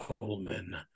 coleman